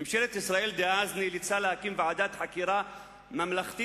ממשלת ישראל דאז נאלצה להקים ועדת חקירה ממלכתית,